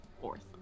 fourth